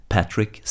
Patrick